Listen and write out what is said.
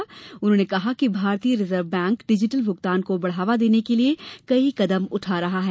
श्री वातल ने कहा कि भारतीय रिजर्व बैंक डिजिटल भुगतान को बढ़ावा देने के लिए कई कदम उठा रहा है